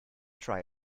try